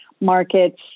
markets